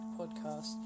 podcast